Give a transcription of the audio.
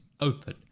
open